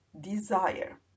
desire